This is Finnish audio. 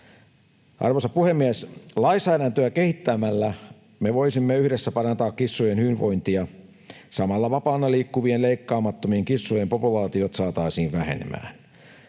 Arvoisa puhemies! Lainsäädäntöä kehittämällä me voisimme yhdessä parantaa kissojen hyvinvointia. Samalla vapaana liikkuvien leikkaamattomien kissojen populaatiot saataisiin vähenemään.